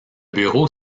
bureau